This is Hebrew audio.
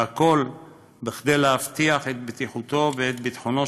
והכול כדי להבטיח את בטיחותו ואת ביטחונו